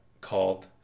called